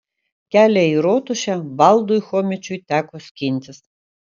kelią į rotušę valdui chomičiui teko skintis